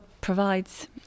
provides